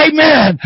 Amen